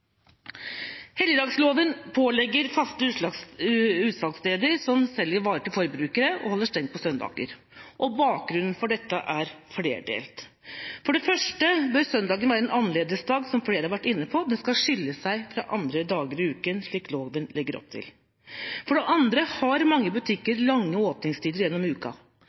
Helligdagsloven pålegger faste utsalgssteder som selger varer til forbrukere, å holde stengt på søndager. Bakgrunnen for dette er flerdelt. For det første bør søndag være en annerledes dag – som flere har vært inne på. Den skal skille seg fra andre dager i uken, slik loven legger opp til. For det andre har mange butikker lange åpningstider gjennom uka.